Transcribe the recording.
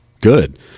good